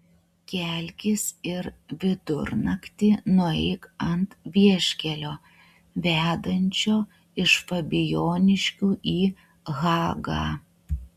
kelkis ir vidurnaktį nueik ant vieškelio vedančio iš fabijoniškių į hagą